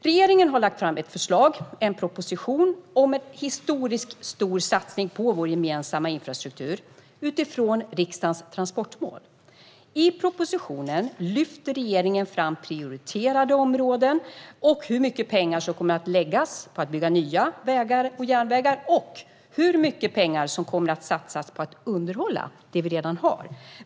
Regeringen har lagt fram ett förslag, en proposition, om en historiskt stor satsning på vår gemensamma infrastruktur, utifrån riksdagens transportmål. I propositionen lyfter regeringen fram prioriterade områden, hur mycket pengar som kommer att läggas på att bygga nya vägar och järnvägar och hur mycket pengar som kommer att satsas på att underhålla det vi redan har.